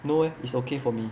no eh is okay for me